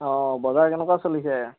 অ' বজাৰ কেনেকুৱা চলিছে